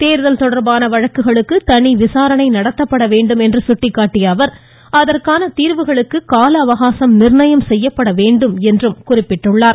தேர்தல் தொடர்பான வழக்குகளுக்கு தனி விசாரணை நடத்தப்பட வேண்டும் என்று சுட்டிக்காட்டிய அவர் அதற்கான தீர்வுகளுக்கு கால அவகாசம் நிர்ணயம் செய்யப்பட வேண்டும் என்றும் சுட்டிக்காட்டினார்